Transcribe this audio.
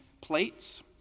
plates